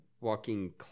Walking